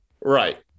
Right